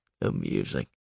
Amusing